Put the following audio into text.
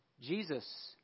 Jesus